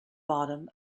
body